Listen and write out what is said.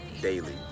daily